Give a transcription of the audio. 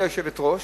גברתי היושבת-ראש,